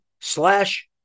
slash